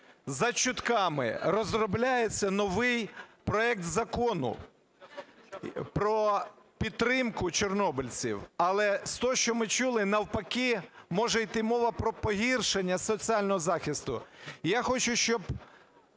За чутками, розробляється новий проект закону про підтримку чорнобильців. Але з того, що ми чули, навпаки, може йти мова про погіршення соціального захисту. Я хочу, щоб